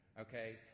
okay